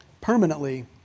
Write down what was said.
permanently